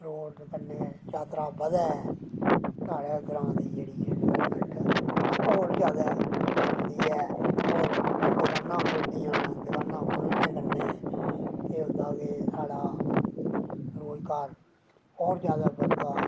road कन्नै जात्तरा बदै साढ़ै ग्रांऽ दी जेह्ड़ी ऐ डवैलमैंट होर जादै बनदी ऐ और दकाना खुलदियां न दकानां खुलनै कन्नै केह् होंदा के साढ़ा रोजगार होर जादै बददा